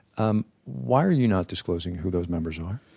um why are you not disclosing who those members are?